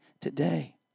today